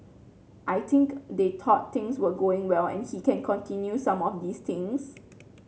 I think they thought things were going well and he can continue some of these things